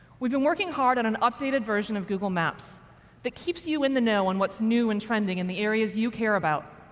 we've been working hard on an updated version of google maps that keeps you in the know on what's new and trending in the areas you care about.